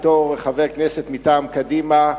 בתור חבר כנסת מטעם קדימה,